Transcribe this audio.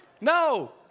No